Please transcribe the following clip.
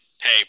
Hey